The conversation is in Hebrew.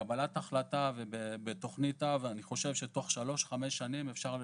בקהילה צריך את כל השירותים